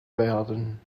werden